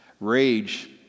Rage